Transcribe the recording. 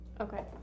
Okay